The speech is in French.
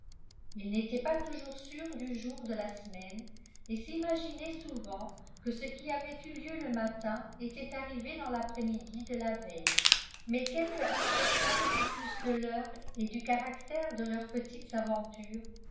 ils n'étaient pas toujours sûrs du jour de la semaine et s'imaginaient souvent que ce qui avait eu lieu le matin était arrivé dans l'après-midi de la veille mais quelque incertains qu'ils fussent de l'heure et du caractère de leurs petites aventures